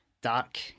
dark